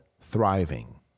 thriving